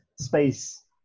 space